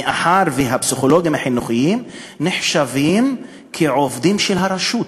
מאחר שהפסיכולוגים החינוכיים נחשבים לעובדים של הרשות,